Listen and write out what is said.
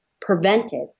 prevented